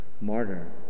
martyr